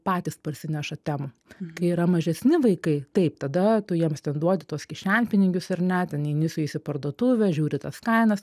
patys parsineša temą kai yra mažesni vaikai taip tada tu jiems duodi tuos kišenpinigius ar ne ten eini su jais į parduotuvę žiūri tas kainas